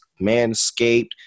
Manscaped